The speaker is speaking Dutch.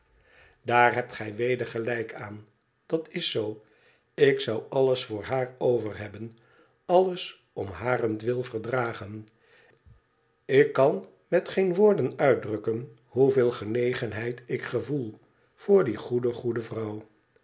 daar hebt gij weder gelijk aan dat is zoo ik zou alles voor haar overhebben alles om harentwil verdragen ik kan met geen woorden uitdrukken hoeveel genegenheid ik gevoel voor die goede goede vrouw